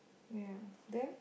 ya then